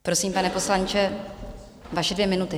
Prosím, pane poslanče, vaše dvě minuty.